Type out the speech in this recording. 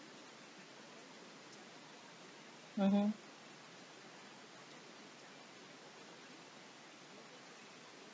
mmhmm